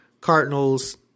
Cardinals